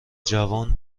جوان